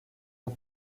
aux